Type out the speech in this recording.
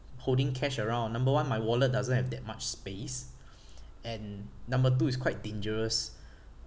holding cash around number one my wallet doesn't have that much space and number two it's quite dangerous